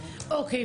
אוקיי.